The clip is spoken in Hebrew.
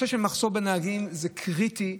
נושא המחסור בנהגים הוא קריטי.